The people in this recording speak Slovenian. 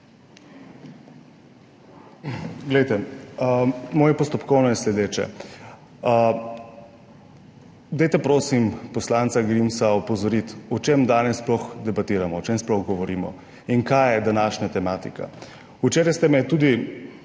moje postopkovno je sledeče: dajte prosim poslanca Grimsa opozoriti, o čem danes sploh debatiramo, o čem sploh govorimo in kaj je današnja tematika. Včeraj ste me tudi,